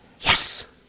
Yes